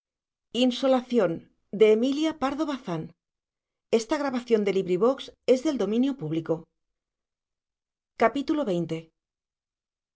amorosa emilia pardo bazán